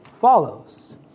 follows